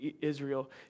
Israel